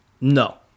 No